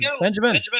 Benjamin